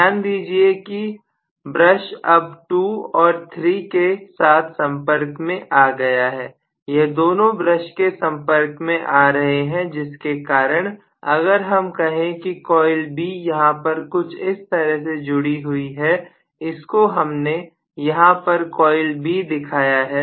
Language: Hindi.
ध्यान दीजिए कि ब्रश अब 2 और 3 के साथ संपर्क में आ गया है यह दोनों ब्रश के संपर्क में आ रहे हैं जिसके कारण अगर हम कहें कि कॉइल B यहां पर कुछ इस तरह से जुड़ी हुई है इसको हमने यहां पर कॉइल B दिखाया है